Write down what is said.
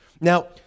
Now